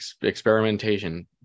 experimentation